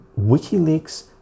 WikiLeaks